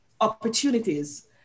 opportunities